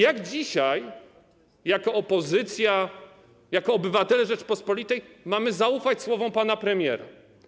Jak dzisiaj jako opozycja, jako obywatele Rzeczypospolitej mamy zaufać słowom pana premiera?